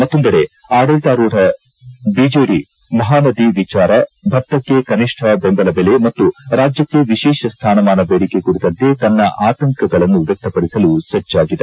ಮತ್ತೊಂದೆಡೆ ಆಡಳಿತಾರೂಢ ಬಿಜೆಡಿ ಮಹಾನದಿ ವಿಚಾರ ಭತ್ತಕ್ಕೆ ಕನಿಷ್ಠ ಬೆಂಬಲ ಬೆಲೆ ಮತ್ತು ರಾಜ್ಯಕ್ಕೆ ವಿಶೇಷ ಸ್ಥಾನಮಾನ ಬೇಡಿಕೆ ಕುರಿತಂತೆ ತನ್ನ ಆತಂಕಗಳನ್ನು ವ್ಯಕ್ತಪಡಿಸಲು ಸಜ್ಜಾಗಿದೆ